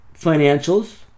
financials